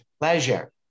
pleasure